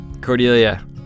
Cordelia